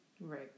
Right